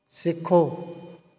ਸਿੱਖੋ